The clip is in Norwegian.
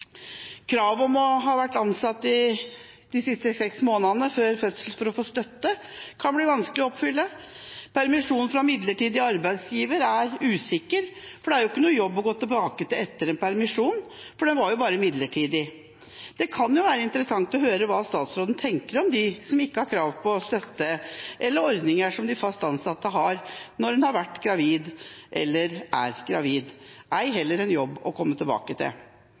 Kravet om å ha vært ansatt de siste seks månedene før fødsel for å få støtte kan bli vanskelig å oppfylle. Permisjon fra en midlertidig arbeidsgiver er usikkert, for det er ikke noen jobb å gå tilbake til etter en permisjon – jobben var jo bare midlertidig. Det kunne være interessant å høre hva statsråden tenker om dem som ikke har krav på støtte eller ordninger som de fast ansatte har når de har vært eller er gravide, ei heller en jobb å komme tilbake til.